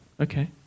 okay